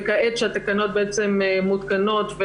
וכעת שהתקנות בעצם מותקנות,